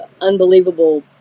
unbelievable